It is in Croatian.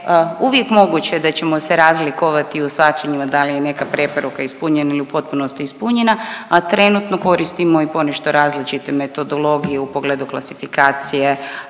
uvijek moguće da ćemo se razlikovati u shvaćanjima da li je neka preporuka ispunjena ili u potpunosti ispunjena, a trenutno koristimo i ponešto različitu metodologiju u pogledu klasifikacije